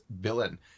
villain